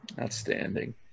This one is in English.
Outstanding